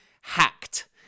hacked